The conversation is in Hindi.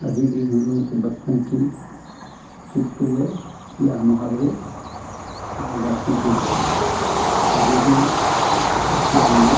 अभी भी हम लोगों को बचपन की चुटकुले या मुहावरे याद आते हैं अभी भी इससे हम लोग